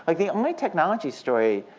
like the only technology story,